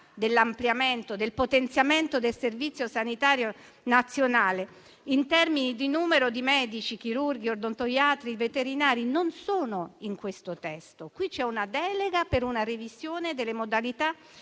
dell'ampliamento, del potenziamento del Servizio sanitario nazionale in termini di numero di medici, chirurghi, odontoiatri e veterinari non sono in questo testo. Qui c'è una delega per una revisione delle modalità